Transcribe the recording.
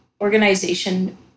organization